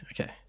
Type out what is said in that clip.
okay